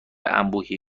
انبوهی